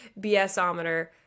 BSometer